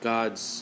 God's